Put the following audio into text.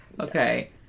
Okay